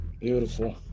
beautiful